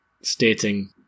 stating